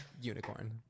Unicorn